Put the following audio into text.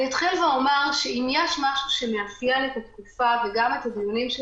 אם יש משהו שמאפיין את התקופה וגם את הדיונים של